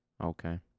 okay